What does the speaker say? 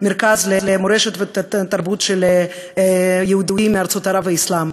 מרכז למורשת ותרבות היהודים מארצות ערב והאסלאם,